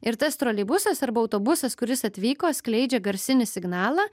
ir tas troleibusas arba autobusas kuris atvyko skleidžia garsinį signalą